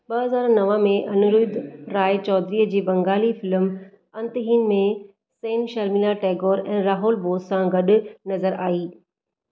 ॿ हज़ार नव में अनिरुद्ध रॉय चौधरी जी बंगाली फ़िल्म अंतहीन में सेन शर्मिला टैगोर ऐं राहुल बोस सां गडु॒ नज़र आई